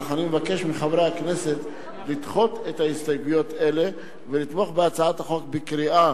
אך אבקש מחברי הכנסת לדחות הסתייגויות אלה ולתמוך בהצעת החוק בקריאה